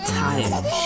tired